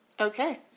Okay